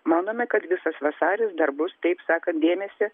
manome kad visas vasaris dar bus taip sakant dėmesį